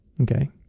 okay